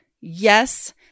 yes